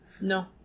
No